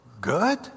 Good